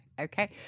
Okay